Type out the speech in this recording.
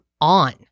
on